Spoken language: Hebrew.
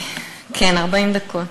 כן, 40 דקות.